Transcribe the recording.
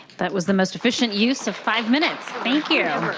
that was the most efficient use of five minutes. thank you.